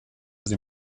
sie